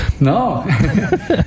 No